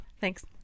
Thanks